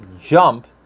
jump